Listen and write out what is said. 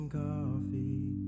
coffee